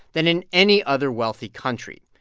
than in any other wealthy country.